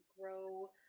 grow